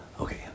Okay